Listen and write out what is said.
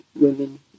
women